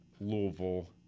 Louisville